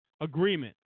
agreement